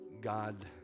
God